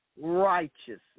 righteousness